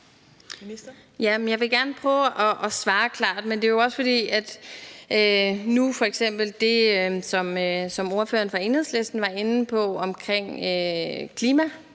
Jeg vil gerne prøve at svare klart. Men f.eks. i forbindelse med det, som ordføreren for Enhedslisten nu var inde på, omkring klimadelen